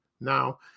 now